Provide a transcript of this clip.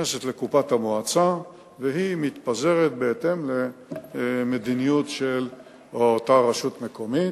נכנסת לקופת המועצה והיא מתפזרת בהתאם למדיניות של אותה רשות מקומית,